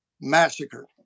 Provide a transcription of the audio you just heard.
massacred